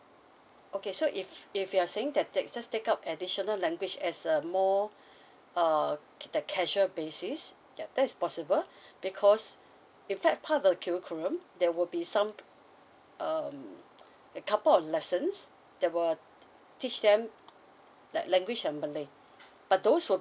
okay so if if you're saying that that's just take up additional language as a more uh the casual basis that's possible because in fact part of curriculum there will be some um couple of lessons they were teach them that language in malay but those who